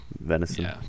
venison